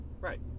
Right